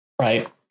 Right